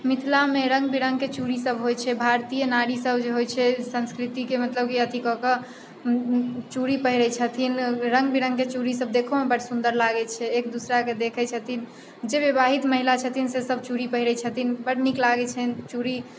मिथिलामे रङ्ग विरङ्गके चूड़ी सब होइत छै भारतीय नारी सब जे होइत छै संस्कृतिके मतलब की अथी कऽके चूड़ी पहिरैत छथिन रङ्ग विरङ्गके चूड़ी सब देखहोमे बड सुंदर लागैत छै एक दूसराके देखै छथिन जे विवाहित महिला छथिन से सब चूड़ी पहिरैत छथिन बड नीक लागैत छनि चूड़ी